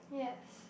yes